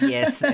Yes